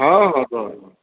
ହଁ ହଁ